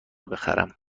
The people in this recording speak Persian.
بخرم